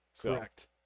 Correct